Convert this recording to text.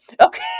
Okay